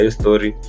story